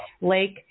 Lake